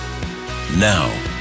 Now